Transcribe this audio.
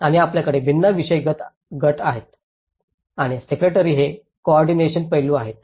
आणि आपल्याकडे भिन्न विषयगत गट आहेत आणि सेक्रेटरी हे कोऑर्डिनेशन पैलू आहेत